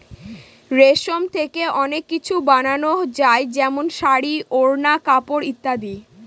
রেশম থেকে অনেক কিছু বানানো যায় যেমন শাড়ী, ওড়না, কাপড় ইত্যাদি